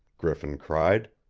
griffin cried.